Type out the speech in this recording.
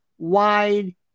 Wide